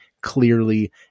clearly